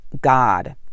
God